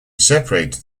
separated